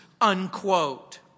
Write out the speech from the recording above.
unquote